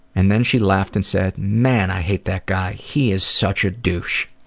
and then she laughed and said, man i hate that guy, he is such a douche.